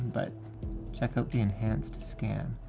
but check out the enhanced scan.